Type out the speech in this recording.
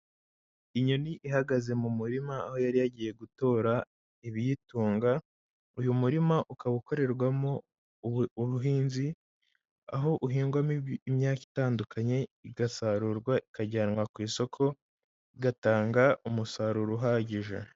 Inyoni ihagaze mu murima aho yari yagiye gutora ibiyitunga, uyu murima ukaba ukorerwamo ubuhinzi, aho uhingwamo imyaka itandukanye igasarurwa ikajyanwa ku isoko, igatanga umusaruro uhagije.